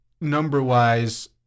number-wise